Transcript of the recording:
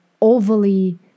overly